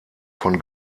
von